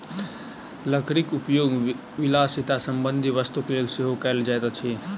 लकड़ीक उपयोग विलासिता संबंधी वस्तुक लेल सेहो कयल जाइत अछि